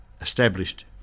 established